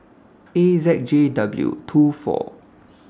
A Z J W two four